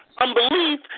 Unbelief